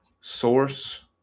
source